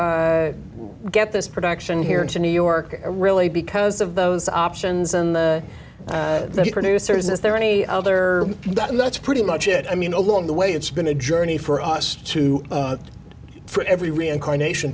to get this production here into new york really because of those options and the producer is there any other and that's pretty much it i mean along the way it's been a journey for us to for every reincarnation